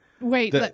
Wait